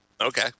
Okay